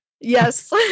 Yes